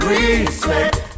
Respect